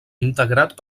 integrat